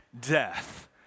death